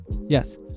Yes